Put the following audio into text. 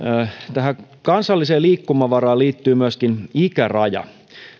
tähän kansalliseen liikkumavaraan liittyy myöskin ikäraja